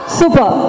super